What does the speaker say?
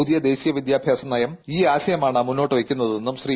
പുതിയ ദേശീയ വിദ്യാഭ്യാസ നയം ഈ ആശയമാണ് മുന്നോട്ട് വയ്ക്കുന്നതെന്നും ശ്രീ